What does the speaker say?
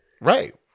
right